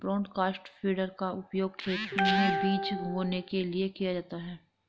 broadcast feeder का उपयोग खेत में बीज बोने के लिए किया जाता है